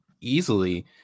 easily